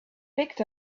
picked